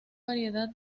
variedad